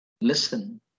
listen